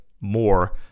more